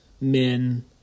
men